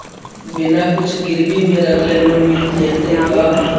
बिना कुछ गिरवी मे रखले लोन मिल जैतै का?